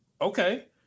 okay